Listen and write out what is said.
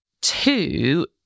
Two